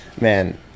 man